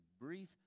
brief